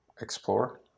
explore